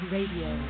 Radio